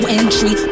entry